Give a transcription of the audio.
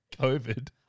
COVID